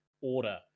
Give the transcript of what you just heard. Order